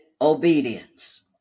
obedience